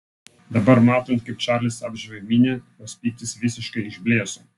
dabar matant kaip čarlis apžavi minią jos pyktis visiškai išblėso